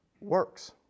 works